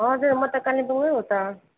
हजुर म त कालेम्पोङमै हो त